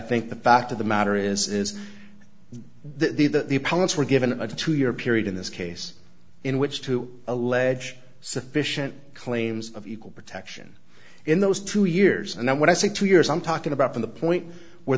think the fact of the matter is is that the that the pilots were given a two year period in this case in which to allege sufficient claims of equal protection in those two years and then when i say two years i'm talking about from the point where